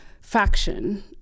faction